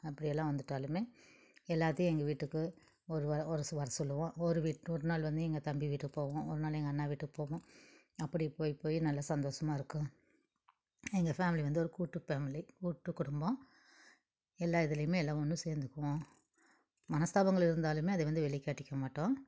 அப்படி எல்லாம் வந்துட்டாலுமே எல்லாத்தையும் எங்கள் வீட்டுக்கு ஒரு வாரம் ஒரு வர சொல்லுவோம் ஒரு வீட் ஒரு நாள் வந்து எங்கள் தம்பி வீட்டுக்கு போவோம் ஒரு நாள் எங்கள் அண்ணன் வீட்டுக்கு போவோம் அப்படி போய் போய் நல்ல சந்தோஷமாக இருக்கும் எங்கள் ஃபேமிலி வந்து ஒரு கூட்டு பேமிலி கூட்டு குடும்பம் எல்லா இதிலையுமே எல்லாம் ஒன்று சேர்ந்துக்குவோம் மனஸ்தாபங்கள் இருந்தாலுமே அதை வந்து வெளிக்காட்டிக்க மாட்டோம்